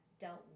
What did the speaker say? dealt